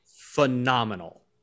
phenomenal